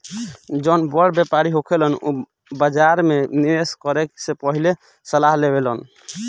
जौन बड़ व्यापारी होखेलन उ बाजार में निवेस करे से पहिले सलाह लेवेलन